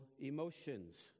emotions